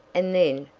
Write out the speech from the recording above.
and then,